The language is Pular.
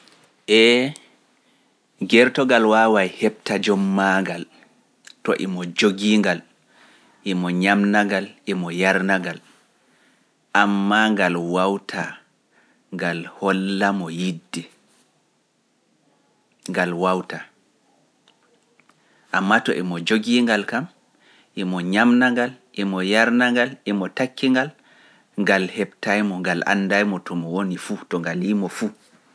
Ee, gertogal waawa heɓta jommaagal, to imo jogiingal, imo ñamnagal, imo yarnagal, ammaa ngal wawtaa, ngal holla mo yidde, ngal wawtaa. Ammaa to imo jogiingal kam, imo ñamnagal, imo yarnagal, imo takkingal, ngal heɓtaay mo, ngal anndaay mo to mo woni fuu, to ngal yiimo fuu.